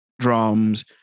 drums